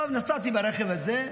נסעתי ברכב הזה,